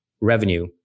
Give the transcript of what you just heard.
revenue